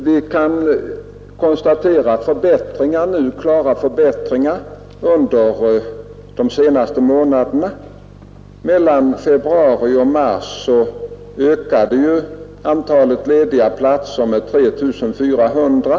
Vi kan konstatera klara förbättringar under de senaste månaderna. Mellan februari och mars ökade antalet lediga platser med 3 400.